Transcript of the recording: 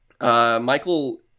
Michael